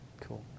Cool